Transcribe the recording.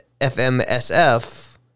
FMSF